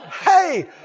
Hey